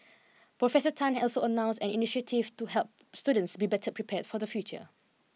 Professor Tan had also announced an initiative to help students be better prepared for the future